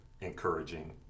encouraging